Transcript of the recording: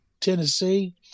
Tennessee